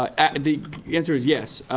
ah the the answer is yes.